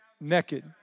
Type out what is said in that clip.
Naked